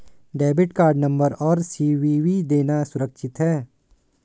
Debit card number और CVV देना सुरक्षित है?